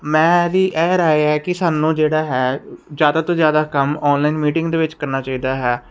ਮੇਰੀ ਇਹ ਰਾਏ ਹੈ ਕਿ ਸਾਨੂੰ ਜਿਹੜਾ ਹੈ ਜਿਆਦਾ ਤੋਂ ਜਿਆਦਾ ਕੰਮ ਆਨਲਾਈਨ ਮੀਟਿੰਗ ਦੇ ਵਿੱਚ ਕਰਨਾ ਚਾਹੀਦਾ ਹੈ